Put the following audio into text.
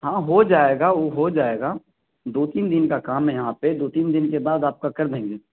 ہاں ہو جائے گا وہ ہو جائے گا دو تین دن کا کام ہے یہاں پہ دو تین دن کے بعد آپ کا کر دیں گے